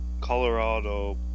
Colorado